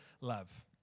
love